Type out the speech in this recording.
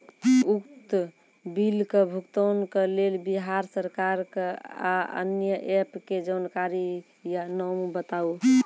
उक्त बिलक भुगतानक लेल बिहार सरकारक आअन्य एप के जानकारी या नाम बताऊ?